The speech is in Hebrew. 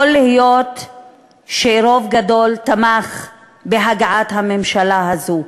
יכול להיות שרוב גדול תמך בהגעת הממשלה הזו,